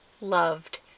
loved